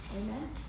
Amen